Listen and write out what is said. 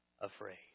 afraid